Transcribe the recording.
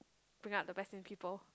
bring out the best in people